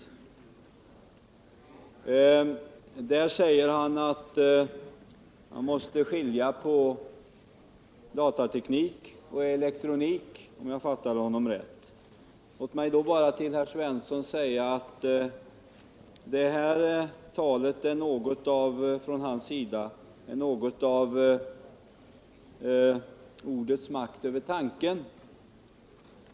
Om jag fattade Sten Svensson rätt sade han att man måste skilja på datateknik och elektronik, men låt mig då bara säga att hans tal är något av ordets makt över tanken.